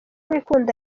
wikunda